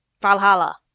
Valhalla